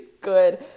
good